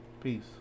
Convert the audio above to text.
peace